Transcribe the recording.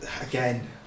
Again